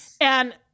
And-